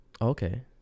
Okay